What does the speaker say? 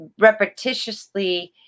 repetitiously